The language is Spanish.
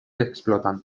explotando